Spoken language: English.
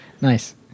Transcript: Nice